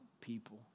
people